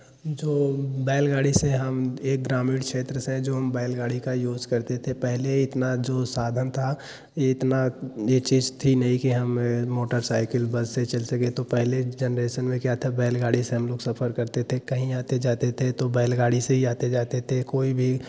जो बैलगाड़ी से हम एक ग्रामीण क्षेत्र से जो हम बैलगाड़ी का यूज करते थे पहले इतना जो साधन था यह इतना यह चीज़ थी नहीं कि हम मोटरसाइकिल बस से चल सके तो पहले जनरेसन में क्या था बैलगाड़ी से हम लोग सफ़र करते थे कहीं आते जाते थे तो बैलगाड़ी से ही आते जाते थे कोई भी